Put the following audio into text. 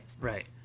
right